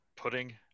pudding